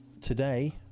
today